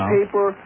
paper